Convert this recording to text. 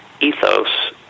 ethos